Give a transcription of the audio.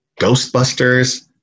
Ghostbusters